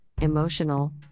emotional